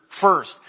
first